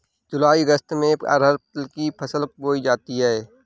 जूलाई अगस्त में अरहर तिल की फसल बोई जाती हैं